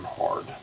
hard